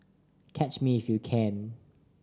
catch me if you can